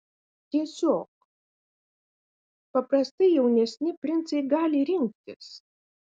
tiesiog paprastai jaunesni princai gali rinktis